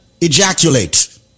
ejaculate